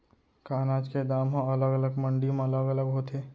का अनाज के दाम हा अलग अलग मंडी म अलग अलग होथे?